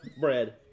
bread